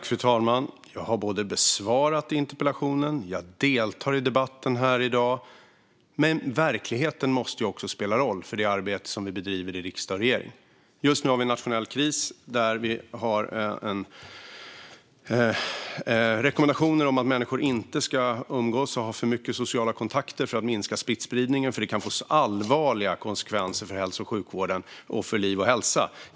Fru talman! Jag har både besvarat interpellationen och deltar i dagens debatt, men verkligheten måste också spela roll för det arbete vi bedriver i riksdag och regering. Just nu har vi en nationell kris, och vi har fått rekommendationer om att människor inte ska umgås och ha för mycket sociala kontakter, allt för att minska smittspridningen. Det skulle kunna få allvarliga konsekvenser för hälso och sjukvården och för liv och hälsa.